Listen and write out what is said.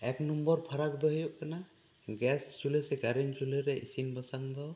ᱮᱹᱠ ᱱᱟᱢᱵᱟᱨ ᱯᱷᱟᱨᱟᱠ ᱫᱚ ᱦᱩᱭᱩᱜ ᱠᱟᱱᱟ ᱜᱮᱥ ᱪᱩᱞᱦᱟᱹ ᱥᱮ ᱠᱟᱨᱮᱱᱴ ᱪᱩᱞᱦᱟᱹ ᱨᱮ ᱤᱥᱤᱱ ᱵᱟᱥᱟᱝ ᱫᱚ